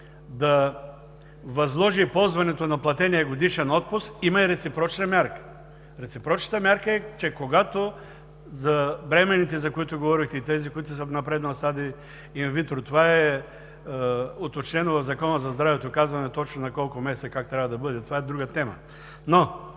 да възложи ползването на платения годишен отпуск, има и реципрочна мярка. Реципрочната мярка е, че когато за бременните, за които говорихте, и тези, които са в напреднал стадий инвитро, това е уточнено в Закона за здравето, казваме точно на колко месеца и как трябва да бъде, това е друга тема, но